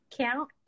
count